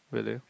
really